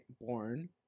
born